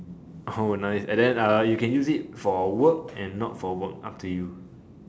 how would I and the you can use it for work and not for work up to you